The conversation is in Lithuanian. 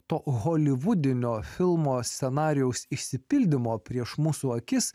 to holivudinio filmo scenarijaus išsipildymo prieš mūsų akis